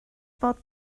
bod